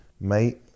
mate